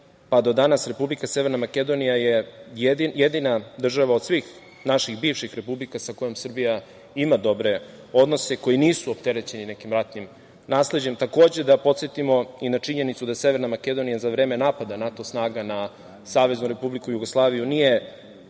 pa do danas republika Severna Makedonija je jedina država od svih naših bivših republika sa kojom Srbija ima dobre odnose, koji nisu opterećeni nekim ratnim nasleđem. Takođe, da podsetimo i na činjenicu da Severna Makedonija za vreme napada NATO snaga na Saveznu Republiku Jugoslaviju nije